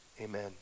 Amen